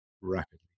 rapidly